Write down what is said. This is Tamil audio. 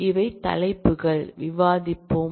இவை தலைப்புகள் விவாதிப்போம்